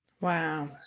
Wow